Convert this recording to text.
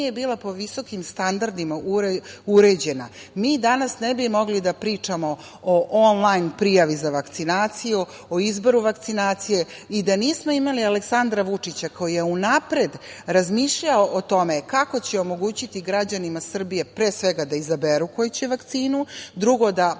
nije bila po visokim standardima uređena, mi danas ne bi mogli da pričamo on lajn prijavi za vakcinaciju, o izboru vakcinacije i da nismo imali Aleksandra Vučića, koji je unapred razmišljao o tome kako će omogućiti građanima Srbije, pre svega da izaberu koju će vakcinu, drugo da